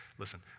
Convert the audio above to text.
Listen